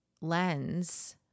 lens